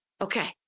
Okay